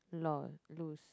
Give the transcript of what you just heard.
lol loose